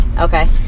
Okay